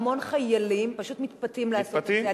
המון חיילים פשוט מתפתים לעשות את זה.